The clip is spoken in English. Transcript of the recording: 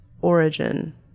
origin